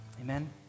Amen